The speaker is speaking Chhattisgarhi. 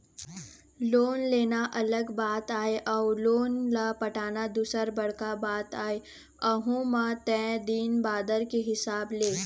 लोन लेना अलग बात आय अउ लोन ल पटाना दूसर बड़का बात आय अहूँ म तय दिन बादर के हिसाब ले